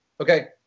Okay